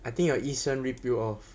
I think your 医生 rip you off